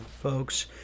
folks